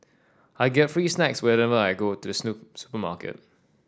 I get free snacks whenever I go to supermarket